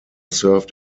served